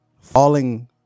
Falling